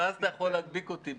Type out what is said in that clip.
אבל אז אתה יכול להדביק אותי.